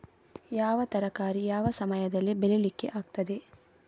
ಯಾವ ತರಕಾರಿ ಯಾವ ಸಮಯದಲ್ಲಿ ಬೆಳಿಲಿಕ್ಕೆ ಆಗ್ತದೆ?